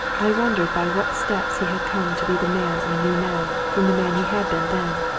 i wondered by what steps he had come to be the man i knew now from the man he had been then.